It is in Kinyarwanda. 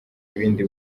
ibindi